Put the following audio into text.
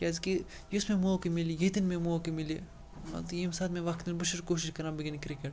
کیٛازِکہِ یُس مےٚ موقعہٕ مِلہِ ییٚتٮ۪ن مےٚ موقعہٕ مِلہِ مان تہٕ ییٚمہِ ساتہٕ مےٚ وقت مِلہِ بہٕ چھُس کوٗشِش کَران بہٕ گِںٛدٕ کِرٛکٮ۪ٹ